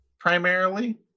primarily